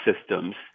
systems